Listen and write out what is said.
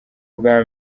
ubwa